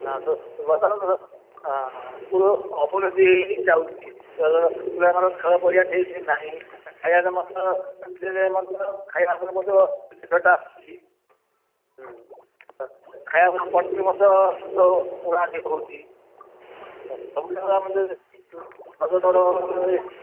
school ଅବନତି ହୋଇ ହୋଇ ଯାଉଛି ଆମର ଖେଳ ପଡ଼ିଆ ଠିକ ନାହିଁ ଖାଇବା ମଧ୍ୟ